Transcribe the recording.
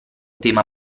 tema